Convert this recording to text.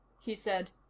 he said.